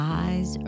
eyes